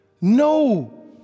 No